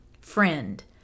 Friend